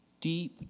Deep